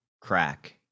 crack